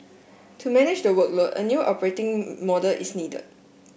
to manage the workload a new operating model is needed